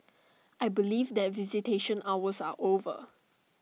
I believe that visitation hours are over